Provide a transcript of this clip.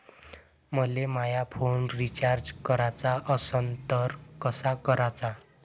मले माया phone recharge कराचा असन तर कसा कराचा?